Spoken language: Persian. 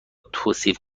توصیف